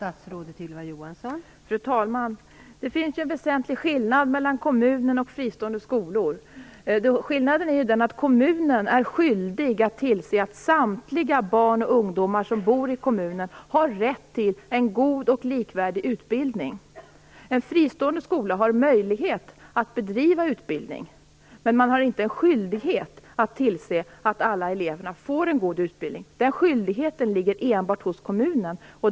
Fru talman! Det finns en väsentlig skillnad mellan kommunen och fristående skolor. Skillnaden är att kommunen är skyldig att tillse att samtliga barn och ungdomar som bor i kommunen har rätt till en god och likvärdig utbildning. En fristående skola har möjlighet att bedriva utbildning. Men man har inte en skyldighet att tillse att alla eleverna får en god utbildning. Den skyldigheten ligger enbart hos kommunen.